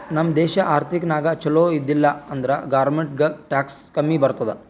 ನಮ್ ದೇಶ ಆರ್ಥಿಕ ನಾಗ್ ಛಲೋ ಇದ್ದಿಲ ಅಂದುರ್ ಗೌರ್ಮೆಂಟ್ಗ್ ಟ್ಯಾಕ್ಸ್ ಕಮ್ಮಿ ಬರ್ತುದ್